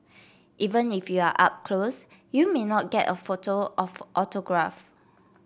even if you are up close you may not get a photo or autograph